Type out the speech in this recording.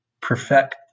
perfect